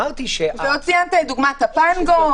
ציינת לדוגמה את הפנגו.